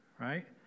Right